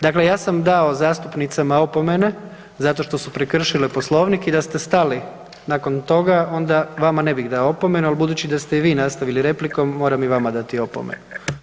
Dakle, ja sam dao zastupnicama opomene zato što su prekršile Poslovnik i da ste stali nakon toga, onda vama ne bih dao opomenu ali budući da ste i vi nastavili replikom, moram i vama dati opomenu.